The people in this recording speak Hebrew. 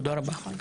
תודה רבה.